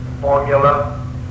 formula